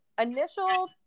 initial